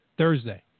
Thursday